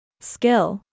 Skill